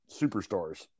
superstars